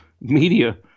media